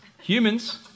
humans